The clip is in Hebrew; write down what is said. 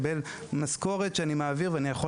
לבין משכורת שאני מעביר ואני יכול